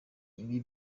ibi